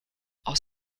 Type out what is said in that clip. aus